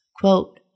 Quote